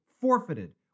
forfeited